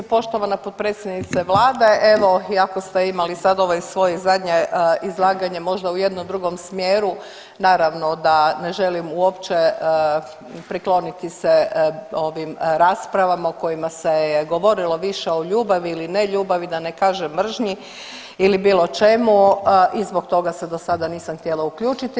Poštovana potpredsjednice vlade evo iako ste imali sad ovaj svoj zadnje izlaganje možda u jednom drugom smjeru naravno da ne želim uopće prikloniti se ovim raspravama u kojima se je govorilo više o ljubavi ili ne ljubavi da ne kažem mržnji ili bilo čemu i zbog toga se dosada nisam htjela uključiti.